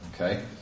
Okay